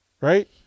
right